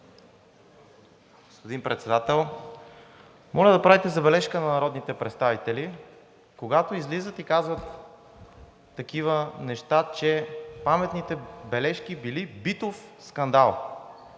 Господин Председател, моля да правите забележка на народните представители, когато излизат и казват такива неща, че паметните бележки били битов скандал.